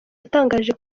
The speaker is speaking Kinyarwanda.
yatangaje